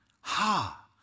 Ha